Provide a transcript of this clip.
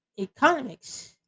economics